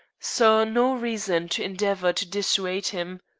saw no reason to endeavor to dissuade him.